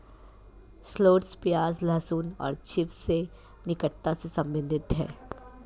shallots प्याज, लहसुन और चिव्स से निकटता से संबंधित है